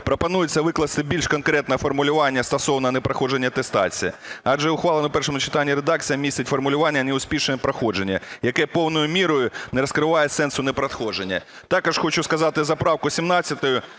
пропонується викласти більш конкретне формулювання стосовно непроходження атестації. Адже ухвалена в першому читанні редакція містить формулювання "неуспішне проходження", яке повною мірою не розкриває сенсу непроходження. Також хочу сказати за правку 17.